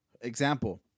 Example